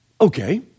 Okay